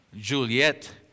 Juliet